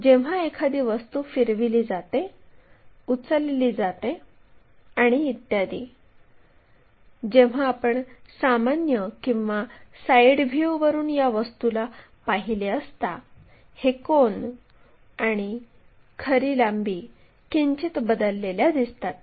जेव्हा एखादी वस्तू फिरविली जाते उचलली जाते आणि इत्यादी जेव्हा आपण सामान्य किंवा साईड व्ह्यूवरून या वस्तूला पाहिले असता हे कोन आणि खरी लांबी किंचित बदललेल्या दिसतात